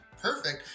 perfect